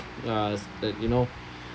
uh is that you know